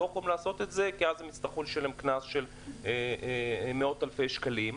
לא יכולים לעשות את זה כי אז הם יצטרכו לשלם קנס של מאות אלפי שקלים.